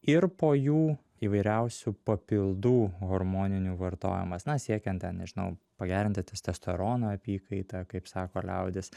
ir po jų įvairiausių papildų hormoninių vartojimas na siekiant ten nežinau pagerinti testosterono apykaitą kaip sako liaudis